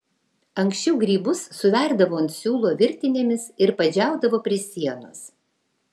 anksčiau grybus suverdavo ant siūlo virtinėmis ir padžiaudavo prie sienos